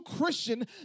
Christian